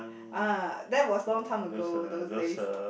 uh that was long time ago those days